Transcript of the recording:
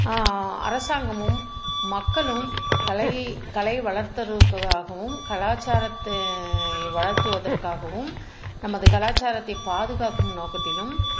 அரசாங்கமும் மக்களும் கலையை கலை வளர்த்துகிறதுக்காகவும் கலாச்சாரத்தை வளர்த்துவதற்காகவும் நமது கலாச்சாரத்தை பாதுக்காக்கும் நோக்கத்திலும்